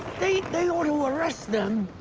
they ought to arrest them.